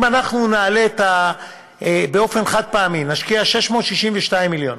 אם אנחנו באופן חד-פעמי נשקיע 662 מיליון,